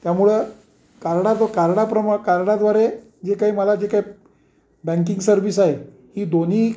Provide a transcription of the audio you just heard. त्यामुळं कार्डा कार्डा प्रमा कार्डाद्वारे जे काही मला जे काई बँकिंग सर्विस आहे ही दोन्ही